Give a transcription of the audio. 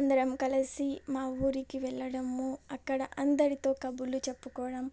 అందరం కలసి మా ఊరికి వెళ్ళడము అక్కడ అందరితో కబుర్లు చెప్పుకోవడం